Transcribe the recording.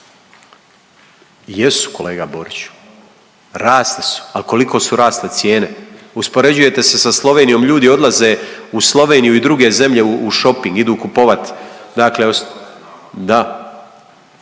jesu, kolega Boriću, rasle su, ali koliko su rasle cijene? Uspoređujete se sa Slovenijom, ljudi odlaze u Sloveniju i druge zemlje u šoping, idu kupovati dakle